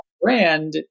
brand